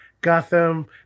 Gotham